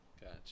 Gotcha